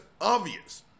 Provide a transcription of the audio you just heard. obvious